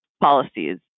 policies